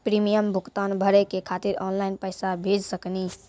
Premium भुगतान भरे के खातिर ऑनलाइन पैसा भेज सकनी?